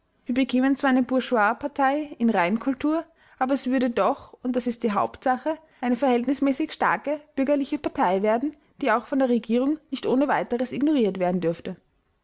wir bekämen zwar eine bourgeoispartei in reinkultur aber es würde doch und das ist die hauptsache eine verhältnismäßig starke bürgerliche partei werden die auch von der regierung nicht ohne weiteres ignoriert werden dürfte